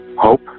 Hope